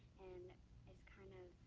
and it's kind of